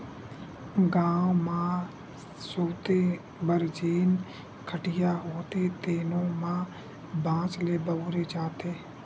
गाँव म सूते बर जेन खटिया होथे तेनो म बांस ल बउरे जाथे